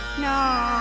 no